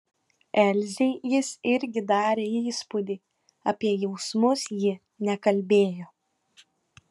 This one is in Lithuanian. elzei jis irgi darė įspūdį apie jausmus ji nekalbėjo